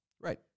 Right